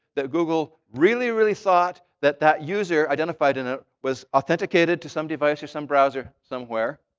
that google really, really thought that that user identified in it was authenticated to some devices, some browser, somewhere,